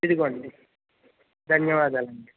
ఇదిగోండి ధన్యవాదాలు అండి